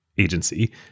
agency